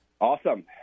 Awesome